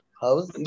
house